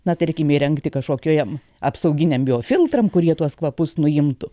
na tarkim įrengti kažkokioje apsauginiam biofiltram kurie tuos kvapus nuimtų